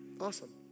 Awesome